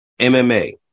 MMA